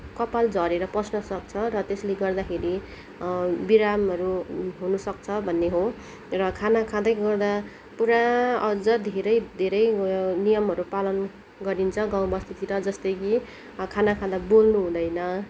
कपाल झरेर पस्नसक्छ र त्यसले गर्दाखेरि विरामीहरू हुनुसक्छ भन्ने हो र खाना खाँदै गर्दा पुरा अझ धेरै धेरै नियमहरू पालन गरिन्छ गाउँ बस्तीतिर जस्तै कि खाना खाँदा बोल्नु हुँदैन